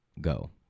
go